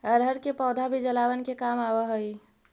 अरहर के पौधा भी जलावन के काम आवऽ हइ